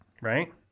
right